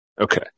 okay